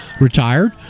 retired